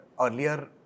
earlier